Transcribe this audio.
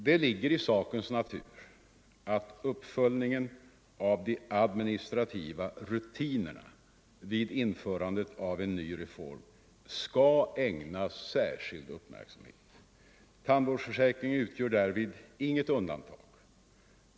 Det ligger i sakens natur att uppföljningen av de administrativa rutinerna vid genomförandet av en reform skall ägnas särskild uppmärksamhet. Tandvårdsförsäkringen utgör därvid inget undantag.